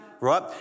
right